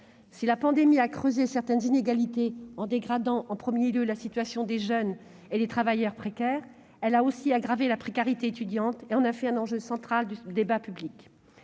Si la pandémie a creusé certaines inégalités en dégradant en premier lieu la situation des jeunes et des travailleurs précaires, elle a aussi aggravé la précarité étudiante et en a fait un enjeu central du débat public.